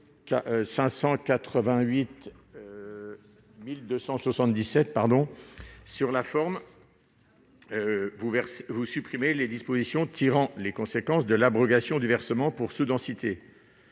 II-1277 visent à supprimer les dispositions tirant les conséquences de l'abrogation du versement pour sous-densité